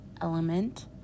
element